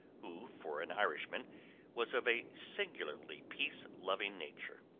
who for an irishman was of a singularly peace-loving nature.